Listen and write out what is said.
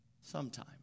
sometime